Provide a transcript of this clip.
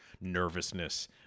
nervousness